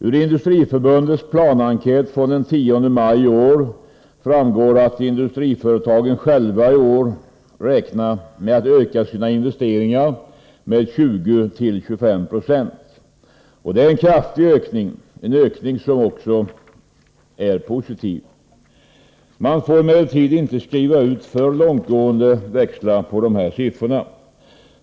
Ur Industriförbundets planenkät från den 10 maj i år framgår att industriföretagen själva i år räknar med att öka sina investeringar med 20-25 96. Det är en kraftig ökning, en ökning som också är positiv. Man får emellertid inte dra för långtgående växlar på dessa siffror.